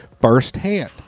firsthand